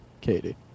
Katie